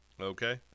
Okay